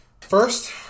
First